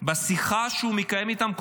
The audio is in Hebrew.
בשיחה שהוא מקיים איתם.